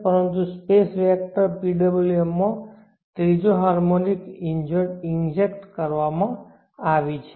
પરંતુ space vector PWM માં ત્રીજો હાર્મોનિક ઈન્જેક્ટ કરવામાં આવી છે